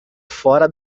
fora